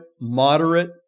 moderate